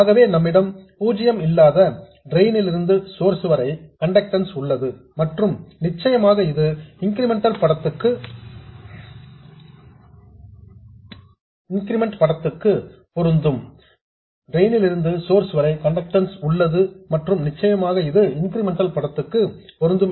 ஆகவே நம்மிடம் பூஜ்ஜியம் இல்லாத ட்ரெயின் லிருந்து சோர்ஸ் வரை கண்டக்டன்ஸ் உள்ளது மற்றும் நிச்சயமாக இது இன்கிரிமெண்டல் படத்துக்கு பொருந்தும்